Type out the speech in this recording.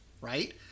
right